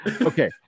okay